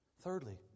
Thirdly